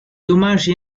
dommages